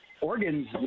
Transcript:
organs